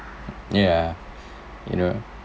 ya you know